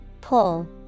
Pull